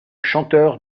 chanteur